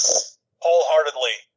wholeheartedly